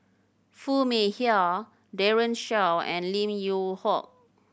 Foo Mee Har Daren Shiau and Lim Yew Hock